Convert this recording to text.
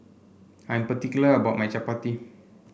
I'm particular about my Chapati